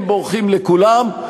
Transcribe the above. הם בורחים לכולם,